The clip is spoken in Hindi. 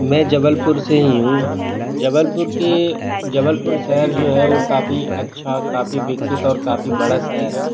मैं जबलपुर से ही हूँ जबलपुर के जबलपुर शहर जो है ओ काफ़ी अच्छा काफ़ी विकसित और काफ़ी बड़ा शहर है